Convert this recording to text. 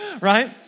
Right